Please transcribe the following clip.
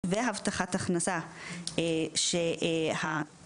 תראה, זה